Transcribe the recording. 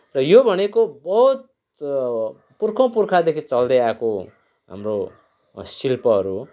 र यो भनेको बहुत पुर्खौँ पुर्खादेखि चल्दै आएको हाम्रो शिल्पहरू हो